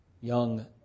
young